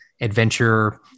adventure